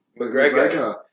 McGregor